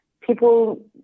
people